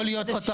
יכול להיות,